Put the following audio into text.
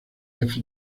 def